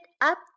up